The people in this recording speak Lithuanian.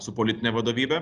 su politine vadovybe